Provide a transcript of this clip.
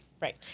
Right